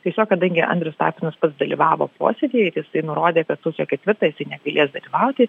tiesiog kadangi andrius tapinas pats dalyvavo posėdyje jisai nurodė kad sausio ketvirtą jisai negalės dalyvauti